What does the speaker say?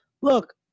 look